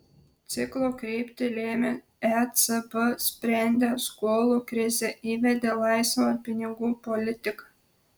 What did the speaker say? ciklo kryptį lėmė ecb sprendė skolų krizę įvedė laisvą pinigų politiką